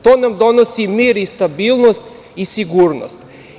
To nam donosi mir i stabilnost i sigurnost.